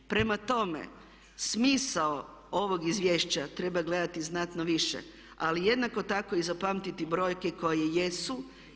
Prema tome, smisao ovog izvješća treba gledati znatno više ali jednako tako i zapamtiti brojke koje jesu.